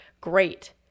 Great